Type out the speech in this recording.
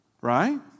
Right